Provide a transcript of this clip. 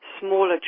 smaller